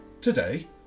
Today